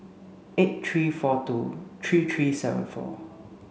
eight three four two three three seven four